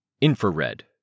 Infrared